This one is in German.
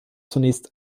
zunächst